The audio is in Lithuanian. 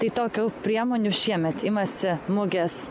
tai tokių priemonių šiemet imasi mugės